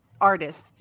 artist